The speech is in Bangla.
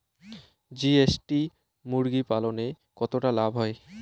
জি.এস.টি মুরগি পালনে কতটা লাভ হয়?